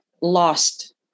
lost